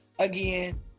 again